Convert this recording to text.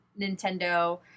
Nintendo